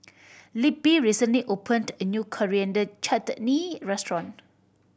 Libby recently opened a new Coriander Chutney restaurant